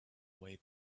way